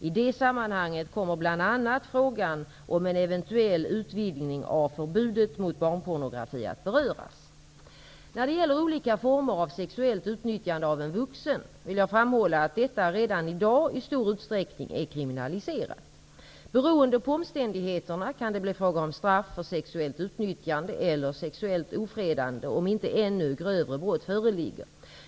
I det sammanhanget kommer bl.a. frågan om en eventuell utvidgning av förbudet mot barnpornografi att beröras. När det gäller olika former av sexuellt utnyttjande av en vuxen vill jag framhålla att detta redan i dag i stor utsträckning är kriminaliserat. Beroende på omständigheterna kan det bli fråga om straff för sexuellt utnyttjande eller sexuellt ofredande, om inte ännu grövre brott föreligger.